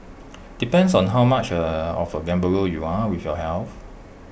depends on how much of A gambler you are with your health